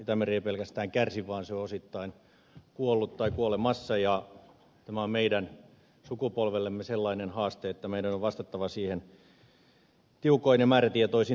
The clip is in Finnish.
itämeri ei pelkästään kärsi vaan se on osittain kuollut tai kuolemassa ja tämä on meidän sukupolvellemme sellainen haaste että meidän on vastattava siihen tiukoin ja määrätietoisin toimin